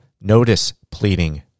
notice-pleading